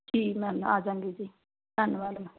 ਠੀਕ ਮੈਮ ਆ ਜਾਂਗੇ ਜੀ ਧੰਨਵਾਦ